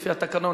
לפי התקנון.